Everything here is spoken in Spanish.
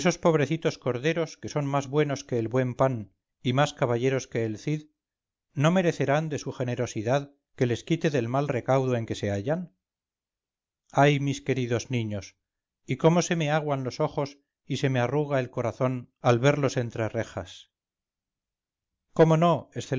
probrecitos corderos que son más buenos que el buen pan y más caballeros que el cid no merecerán de su generosidad que les quite del mal recaudo en que se hallan ay mis queridos niños y cómo se me aguan los ojos y se me arruga el corazón al verlos entre rejas cómo no